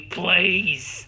please